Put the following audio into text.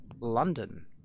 London